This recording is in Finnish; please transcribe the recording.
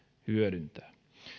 hyödyntää